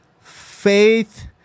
faith